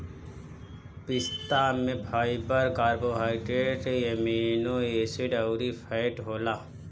पिस्ता में fibre, carbohydrate, amino acid अउरी फैट होला